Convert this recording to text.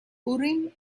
urim